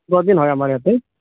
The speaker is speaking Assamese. পোন্ধৰ দিন হয় আমাৰ ইয়াতে